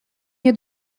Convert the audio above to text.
nie